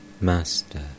Master